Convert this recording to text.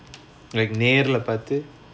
like நேர்ல பாத்து:nerla paathu